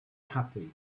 happy